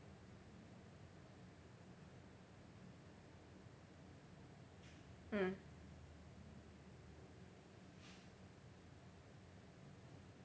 mm